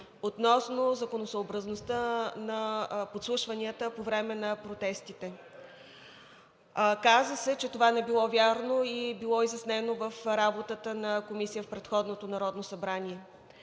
относно законосъобразността на подслушванията по време на протестите. Каза се, че това не било вярно и било изяснено в работата на Комисията в предходното Народно събрание.